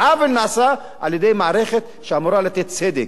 עוול נעשה על-ידי מערכת שאמורה לתת צדק.